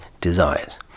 desires